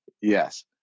Yes